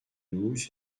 douze